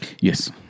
Yes